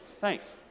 Thanks